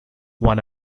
one